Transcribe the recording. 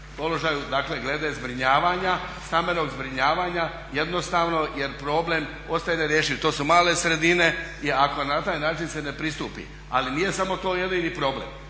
položaju dakle glede zbrinjavanja, stambenog zbrinjavanja jednostavno jer problem ostaje nerješiv. To su male sredine i ako na taj način se ne pristupi, ali nije smo to jedini problem.